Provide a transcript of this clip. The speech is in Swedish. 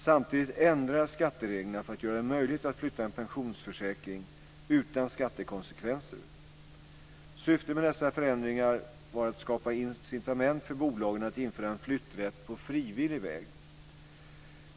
Samtidigt ändrades skattereglerna för att göra det möjligt att flytta en pensionsförsäkring utan skattekonsekvenser. Syftet med dessa ändringar var att skapa incitament för bolagen att införa en flytträtt på frivillig väg.